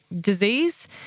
disease